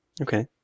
Okay